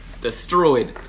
destroyed